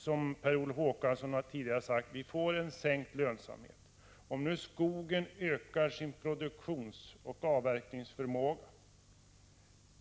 Som Per Olof Håkansson tidigare har sagt blir resultatet sänkt lönsamhet. Låt oss anta att skogsindustrin ökar sin produktionsoch avverkningsförmåga.